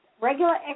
Regular